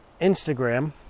Instagram